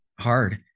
hard